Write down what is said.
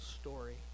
story